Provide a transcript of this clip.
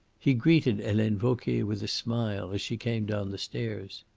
he greeted helene vauquier with a smile as she came down the stairs.